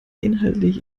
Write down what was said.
inhaltlich